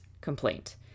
complaint